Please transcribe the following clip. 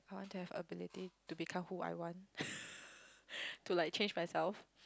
I want to have ability to become who I want to like change myself